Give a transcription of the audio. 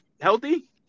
healthy